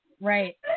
Right